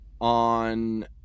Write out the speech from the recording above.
on